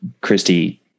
Christy